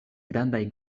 grandaj